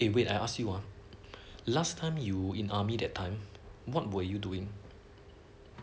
eh wait I ask you ah last time you in army that time what were you doing